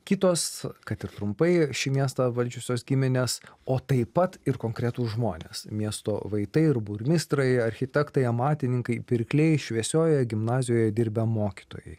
kitos kad ir trumpai šį miestą valdžiusios giminės o taip pat ir konkretūs žmonės miesto vaitai ir burmistrai architektai amatininkai pirkliai šviesiojoje gimnazijoje dirbę mokytojai